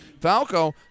Falco